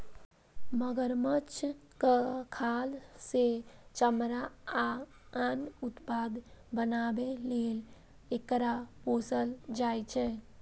मगरमच्छक खाल सं चमड़ा आ आन उत्पाद बनाबै लेल एकरा पोसल जाइ छै